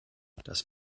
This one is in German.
das